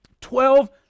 Twelve